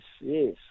yes